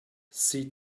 sea